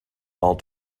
ball